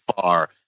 far